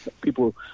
people